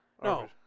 No